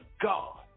God